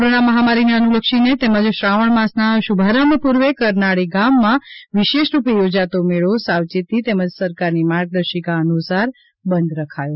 corona મહામારીને અનુલક્ષી તેમજ શ્રાવણ માસના શુભારંભ પૂર્વે કરનાળી ગામમાં વિશેષરૂપે યોજાતો મેળો સાવયેતી તેમજ સરકારની માર્ગદર્શિકા અનુસાર બંધ રાખવામાં આવ્યો છે